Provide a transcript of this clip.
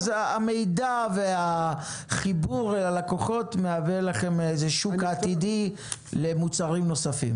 אז המידע והחיבור ללקוחות מהווה לכם שוק עתידי למוצרים נוספים.